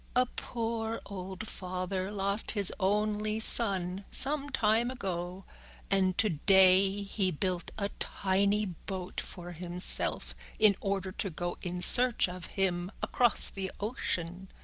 a poor old father lost his only son some time ago and today he built a tiny boat for himself in order to go in search of him across the ocean.